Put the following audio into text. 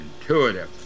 intuitive